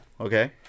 Okay